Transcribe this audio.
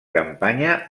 campanya